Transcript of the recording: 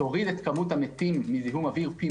תוריד את כמות המתים מזיהום אוויר פי